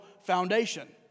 foundation